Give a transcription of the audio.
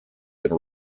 been